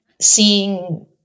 seeing